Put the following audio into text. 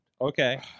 Okay